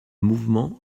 mouvement